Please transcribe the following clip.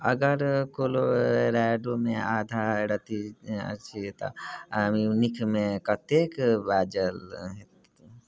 अगर कोलोराडोमे आधा राति अछि तऽ म्यूनिखमे कतेक बाजल हेतै